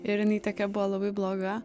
ir jinai tokia buvo labai bloga